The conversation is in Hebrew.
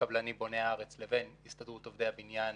הקבלנים בוני הארץ לבין הסתדרות עובדי הבניין,